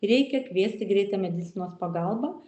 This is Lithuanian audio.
reikia kviesti greitąją medicinos pagalbą